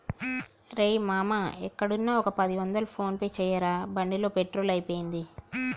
రేయ్ మామా ఎక్కడున్నా ఒక పది వందలు ఫోన్ పే చేయరా బండిలో పెట్రోల్ అయిపోయింది